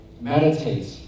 meditate